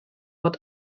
fod